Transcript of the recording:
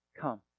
come